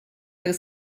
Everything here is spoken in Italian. per